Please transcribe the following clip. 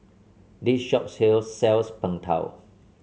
this shop sell sells Png Tao